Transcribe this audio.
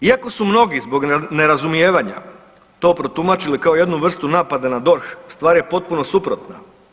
Iako su mnogi zbog nerazumijevanja to protumačili kao jednu vrstu napada na DORH stvar je potpuno suprotna.